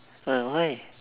uh why